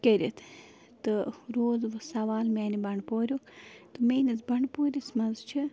کٔرِتھ تہٕ روٗد وۄنۍ سَوال میانہِ بنڈٕ پوریُک میٲنس بنڈٕ پورِس منٛز چھِ